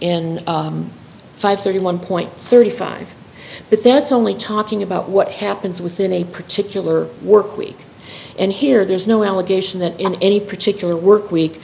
five thirty one point thirty five but that's only talking about what happens within a particular workweek and here there's no allegation that in any particular workweek